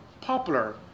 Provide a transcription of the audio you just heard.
popular